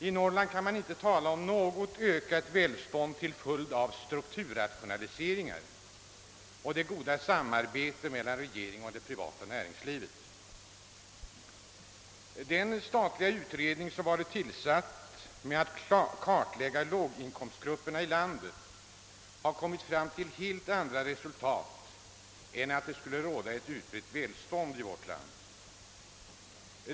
I Norrland kan det inte sägas föreligga något ökat välstånd till följd av strukturrationaliseringar och det goda samarbetet Den statliga utredning som tillsatts för att klarlägga låginkomstgruppernas ställning i landet har kommit till helt andra resultat än att det skulle råda ett utbrett välstånd i vårt land.